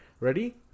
ready